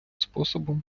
способом